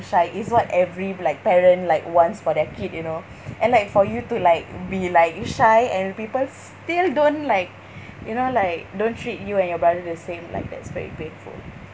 shy is what every like parent like wants for their kid you know and like for you to like be like shy and people still don't like you know like don't treat you and your brother the same like that's very painful